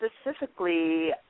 specifically